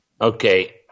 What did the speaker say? Okay